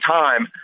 time